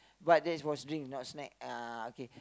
but that's for drink not snack uh okay